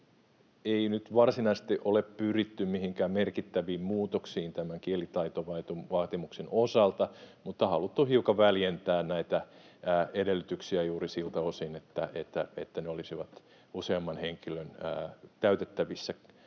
ei nyt varsinaisesti ole pyritty mihinkään merkittäviin muutoksiin tämän kielitaitovaatimuksen osalta, mutta on haluttu hiukan väljentää näitä edellytyksiä juuri siltä osin, että ne olisivat useamman henkilön käytettävissä, varsinkin